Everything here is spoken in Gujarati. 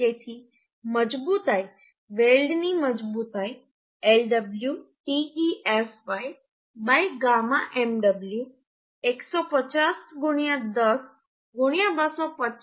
તેથી મજબૂતાઈ વેલ્ડની મજબૂતાઈ Lw te fy γ mw 150 10 250 1